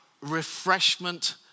refreshment